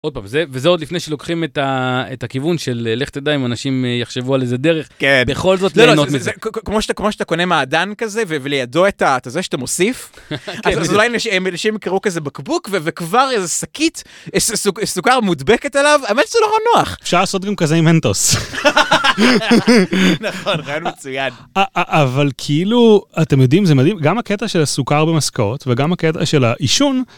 עוד פעם זה וזה עוד לפני שלוקחים את הכיוון של לך תדע אם אנשים יחשבו על איזה דרך בכל זאת כמו שאתה כמו שאתה קונה מעדן כזה ובלידו את זה שאתה מוסיף, אולי אנשים קראו כזה בקבוק וכבר איזה שקית סוכר מודבקת עליו, האמת שזה נורא נוח אפשר לעשות גם כזה עם מנטוס, רעיון מצויין, אבל כאילו אתם יודעים זה מדהים גם הקטע של הסוכר במשקאות וגם הקטע של העישון.